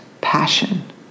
passion